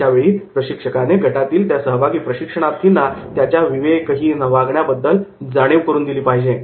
अश्यावेळी प्रशिक्षकाने गटातील त्या सहभागी प्रशिक्षणार्थींना त्याच्या विवेकहीन वागण्या बद्दल जाणीव करून दिली पाहिजे